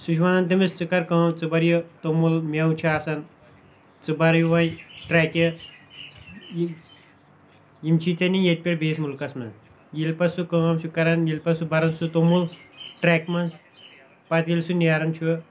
سُہ چھُ وَنان تٔمِس ژٕ کر کٲم ژٕ بر یہِ تومُل مٮ۪وٕ چھُ آسان ژٕ بر یہِ وۄنۍ ٹریکہِ یِم یِم چھِ ژےٚ ننۍ ییٚتہِ پٮ۪ٹھ بیٚیس مُلکَس منٛز ییٚلہِ پَتہٕ سُہ کٲم چھُ کران ییٚلہِ پَتہٕ سُہ بران سُہ تومُل ٹریکہِ منٛز پَتہٕ ییٚلہِ سُہ نیران چھُ